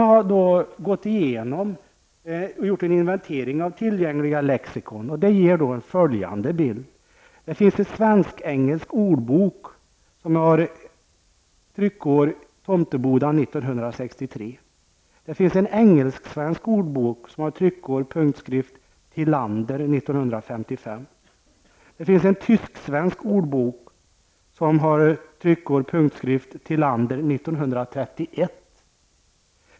Förbundet har gjort en inventering av tillgängliga lexikon, och den ger då följande bild. Det finns en svensk-engelsk ordbok med tryckår Tomteboda 1963. Det finns en engelsk-svensk ordbok som har tryckår Thilander 1955. Det finns en tysk-svensk ordbok för vilken tryckåret är Thilander 1931.